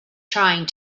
trying